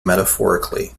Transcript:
metaphorically